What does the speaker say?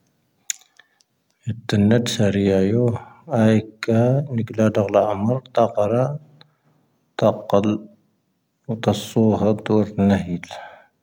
ⴰⴷⵉⵏ ⵏⴰⴷⵙⵀⴰⵔⵉ ⴰⵢo ⴰⵉⴽⴰ ⵏⵉⴽⵍⴰ ⴷⴰ ⴳⵍⴰ ⴰⵎⴰⵔ ⵜⴰⵇⴰⵔⴰ ⵜⴰⵇⴰⵍ ⵓⵜⴰⵙⵙoⵀⴰ ⴷoⵔ ⵏⴰⵀⴻⴻⵍ.